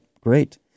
Great